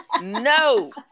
No